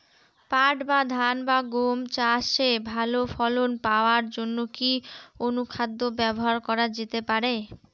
পাট বা ধান বা গম চাষে ভালো ফলন পাবার জন কি অনুখাদ্য ব্যবহার করা যেতে পারে?